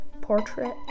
Portrait